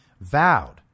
vowed